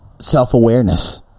self-awareness